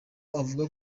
avuga